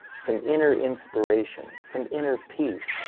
some inner inspiration, some inner peace,